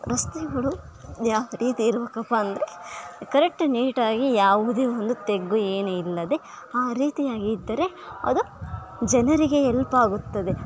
ರಸ್ತೆಗಳು ಯಾವ ರೀತಿ ಇರಬೇಕಪ್ಪ ಅಂದರೆ ಕರೆಕ್ಟ್ ನೀಟಾಗಿ ಯಾವುದೇ ಒಂದು ತೆಗ್ಗು ಏನು ಇಲ್ಲದೆ ಆ ರೀತಿಯಾಗಿದ್ದರೆ ಅದು ಜನರಿಗೆ ಎಲ್ಪ್ ಆಗುತ್ತದೆ